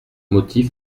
motif